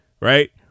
right